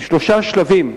שלושה שלבים,